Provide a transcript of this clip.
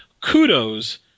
kudos